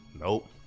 Nope